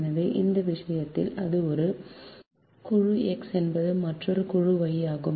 எனவே இந்த விஷயத்தில் அது ஒரு குழு X என்பது மற்றொரு குழு Y ஆகும்